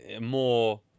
more